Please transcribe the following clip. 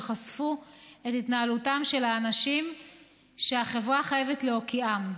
חשפו את התנהלותם של האנשים שהחברה חייבת להוקיעם.